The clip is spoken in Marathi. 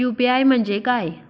यू.पी.आय म्हणजे काय?